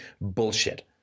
bullshit